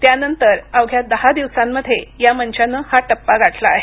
त्यानंतरनंतर अवघ्या दहा दिवसांमध्ये या मंचानं हा टप्पा गाठला आहे